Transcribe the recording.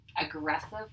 aggressive